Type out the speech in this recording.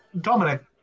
Dominic